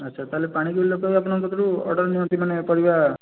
ଆଚ୍ଛା ତାହେଲେ ପାଣିକୋଇଲି ଲୋକ ଆପଣଙ୍କ ପାଖରୁ ଅର୍ଡ଼ର ନିଅନ୍ତି ମାନେ ପରିବା